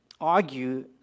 argue